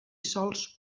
sòls